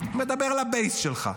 מדבר אל הבייס שלך,